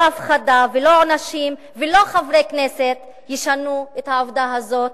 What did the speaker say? הפחדה ולא אנשים ולא חברי כנסת ישנו את העובדה הזאת,